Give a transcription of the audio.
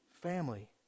family